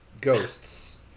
ghosts